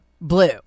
blue